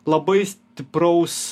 labai stipraus